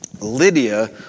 Lydia